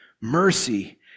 mercy